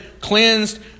cleansed